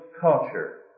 culture